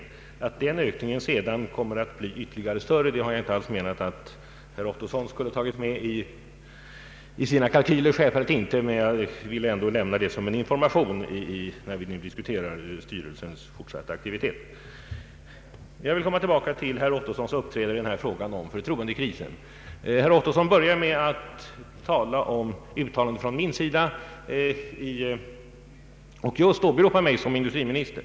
Jag har självfallet inte menat att herr Ottosson i sina kalkyler skulle ha kunnat ta hänsyn till att den ökningen kommer att bli större. Jag vill dock nämna detta som en information när vi nu diskuterar styrelsens fortsatta aktivitet. Jag vill komma tillbaka till herr Ottossons uppträdande i frågan om förtroendekrisen. Herr Ottosson började med att ta upp uttalanden från min sida och därvid just åberopa mig som industriminister.